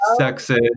sexist